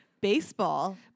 baseball